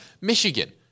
Michigan